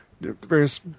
various